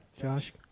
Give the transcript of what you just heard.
Josh